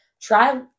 try